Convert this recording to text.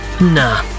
Nah